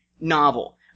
novel